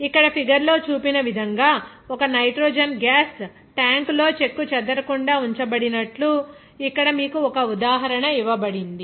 ఇక్కడ ఫిగర్ లో చూపిన విధంగా ఒక నైట్రోజన్ గ్యాస్ ట్యాంక్లో చెక్కుచెదరకుండా ఉంచబడినట్లు ఇక్కడ మీకు ఒక ఉదాహరణ ఇవ్వబడింది